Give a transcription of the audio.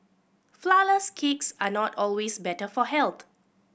flourless cakes are not always better for health